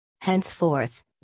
Henceforth